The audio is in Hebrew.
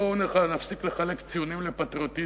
בואו נפסיק לחלק ציונים לפטריוטיזם.